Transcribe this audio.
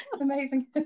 Amazing